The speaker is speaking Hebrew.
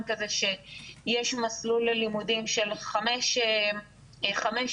כזה שיש מסלול ללימודים של חמש שנים,